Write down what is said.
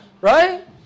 right